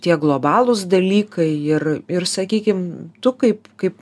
tie globalūs dalykai ir ir sakykim tu kaip kaip